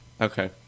Okay